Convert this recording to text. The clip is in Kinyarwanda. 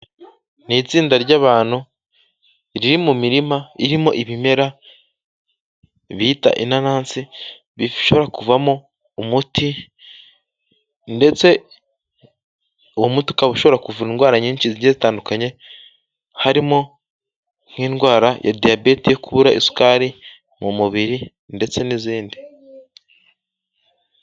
Ni itsinda ry'abantu riri mu mirima irimo ibimera bita inanasi, bishobora kuvamo umuti ndetse uwo muti ukaba ushobora kuvura indwara nyinshi zigiye zitandukanye, harimo nk'indwara ya diyabete yo kubura isukari mu mubiri ndetse n'izindi.